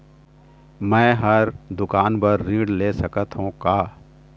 मैं हर दुकान बर ऋण ले सकथों का?